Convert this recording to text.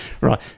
Right